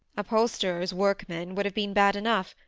upholsterers' workmen would have been bad enough,